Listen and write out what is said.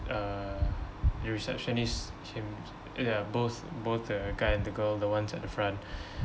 uh the receptionist came ya both both the guy and the girl the ones at the front